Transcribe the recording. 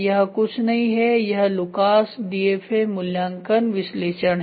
यह कुछ नहीं है यह लुकास डीएफए मूल्यांकन विश्लेषण है